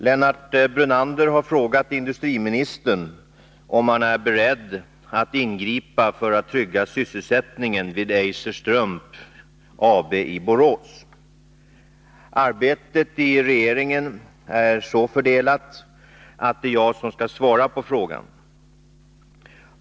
Herr talman! Lennart Brunander har frågat industriministern om han är beredd att ingripa för att trygga sysselsättningen vid Eiser Strump AB i Borås. Arbetet inom regeringen är så fördelat att det är jag som skall svara på frågan.